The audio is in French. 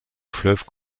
fleuve